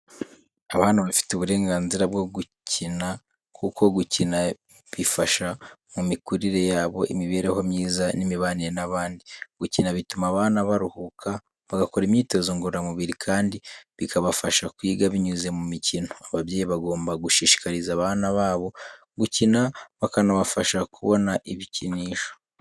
Abana bafite uburenganzira bwo gukina kuko gukina bifasha mu mikurire yabo, imibereho myiza n'imibanire n'abandi. Gukina bituma abana baruhuka, bagakora imyitozo ngororamubiri, kandi bikabafasha kwiga binyuze mu mikino. Ababyeyi bagomba gushishikariza abana babo gukina bakanabafasha kubona ibikinisho.